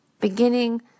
Beginning